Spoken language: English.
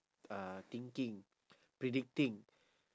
uh thinking predicting